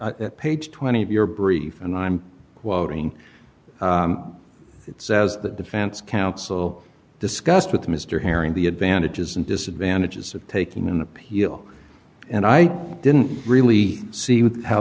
council page twenty of your brief and i'm quoting it says the defense counsel discussed with mr herring the advantages and disadvantages of taking an appeal and i didn't really see how